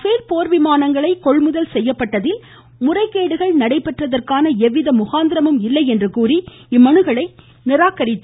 பேல் போர் விமானங்கள் கொள்முதல் செய்யப்பட்டதில் முறைகேடுகள் நடைபெற்றதற்கான எவ்வித முகாந்திரமும் இல்லை என்று கூறி இம்மனுக்களை நிராகரித்து